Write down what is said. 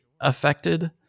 affected